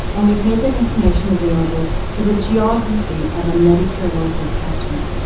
and we've made that information available for the geography of a medicare local catchment.